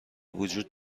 بوجود